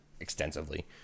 extensively